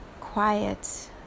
quiet